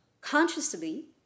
consciously